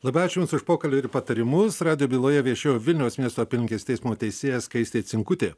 labai ačiū jums už pokalbį ir patarimus radijo byloje viešėjo vilniaus miesto apylinkės teismo teisėja skaistė cinkutė